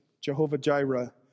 Jehovah-Jireh